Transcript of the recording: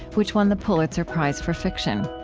which won the pulitzer prize for fiction.